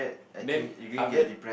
then after that